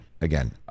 again